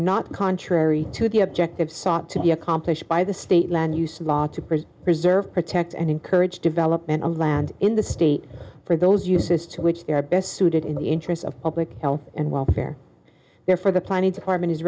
not contrary to the objective sought to be accomplished by the state land use law to preserve preserve protect and encourage development of land in the state for those uses to which they are best suited in the interests of public health and welfare there for the planning department is